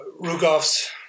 Rugoff's